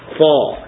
fall